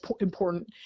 important